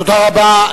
תודה רבה.